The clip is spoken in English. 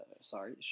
sorry